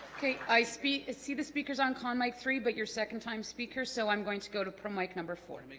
okay i speak see the speakers on con like three but your second time speakers so i'm going to go to pro mic number four